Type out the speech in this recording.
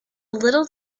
little